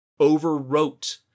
overwrote